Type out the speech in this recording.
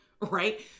right